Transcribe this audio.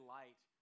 light